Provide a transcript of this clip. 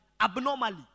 abnormally